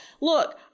Look